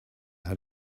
how